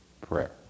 prayer